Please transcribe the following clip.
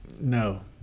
No